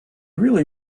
really